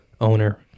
owner